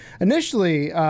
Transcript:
initially